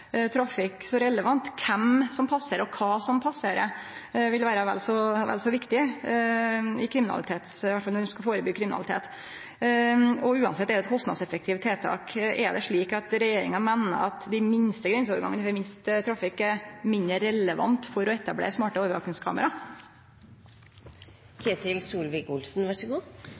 trafikk så relevant. Kven og kva som passerer, vil vere vel så viktig, i alle fall når ein skal førebyggje kriminalitet – og uansett er det eit kostnadseffektivt tiltak. Meiner regjeringa at dei minste grenseovergangane, dei med minst trafikk, er mindre relevant når ein skal etablere smarte overvakingskamera?